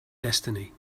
destiny